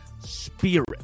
spirit